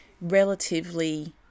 relatively